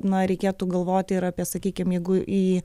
na reikėtų galvoti ir apie sakykim jeigu į